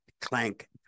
Clank